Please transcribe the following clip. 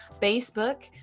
Facebook